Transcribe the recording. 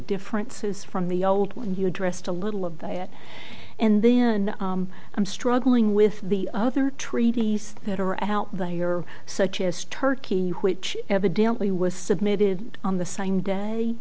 differences from the old one you addressed a little of the it and then i'm struggling with the other treaties better at the you're such as turkey which evidently was submitted on the same day